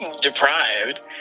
deprived